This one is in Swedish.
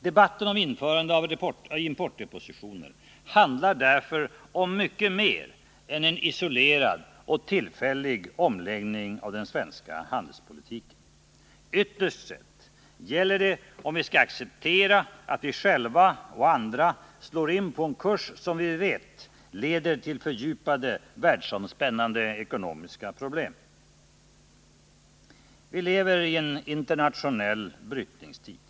Debatten om införande av importdepositioner handlar därför om mycket mer än en isolerad och tillfällig omläggning av den svenska handelspolitiken. Ytterst sett gäller det om vi skall acceptera att vi själva och andra slår in på en kurs som vi vet leder till fördjupade världsomspännande ekonomiska problem. Vi lever i en internationell brytningstid.